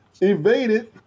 evaded